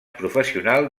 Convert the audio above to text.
professional